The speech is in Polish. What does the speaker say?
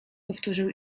powtórzył